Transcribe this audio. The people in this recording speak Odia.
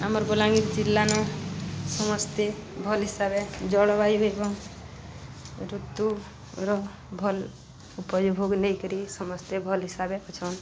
ଆମର ବଲାଙ୍ଗୀର ଜିଲ୍ଲାନ ସମସ୍ତେ ଭଲ୍ ହିସାବରେ ଜଳବାୟୁ ଏବଂ ଋତୁର ଭଲ୍ ଉପଯୋଗ ନେଇକରି ସମସ୍ତେ ଭଲ୍ ହିସାବରେ ପଛନ୍